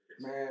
Man